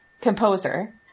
composer